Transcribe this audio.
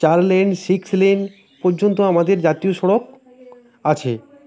চার lane six lane পর্যন্ত আমাদের জাতীয় সড়ক আছে